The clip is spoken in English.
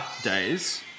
days